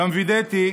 וגם וידאתי